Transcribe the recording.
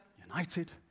United